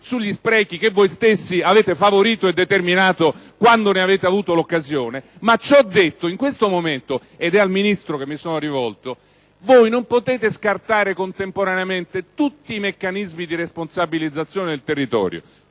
sugli sprechi che voi stessi avete favorito e determinato, quando ne avete avuto l'occasione. Ciò detto, in questo momento, ed è al Ministro che mi sono rivolto, voi non potete scartare contemporaneamente tutti i meccanismi di responsabilizzazione del territorio,